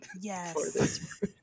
Yes